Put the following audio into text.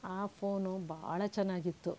ಆ ಫೋನು ಭಾಳ ಚೆನ್ನಾಗಿತ್ತು